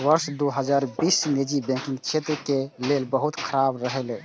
वर्ष दू हजार बीस निजी बैंकिंग क्षेत्र के लेल बहुत खराब रहलै